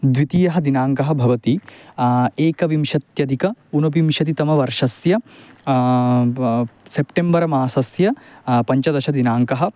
द्वितीयः दिनाङ्कः भवति एकविंशत्यधिक उनविंशतितम वर्षस्य सेप्टेम्बर् मासस्य पञ्चदशदिनाङ्कः